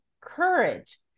courage